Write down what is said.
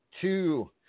Two